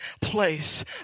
place